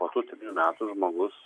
po tų trijų metų žmogus